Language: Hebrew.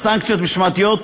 סנקציות משמעתיות.